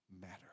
matter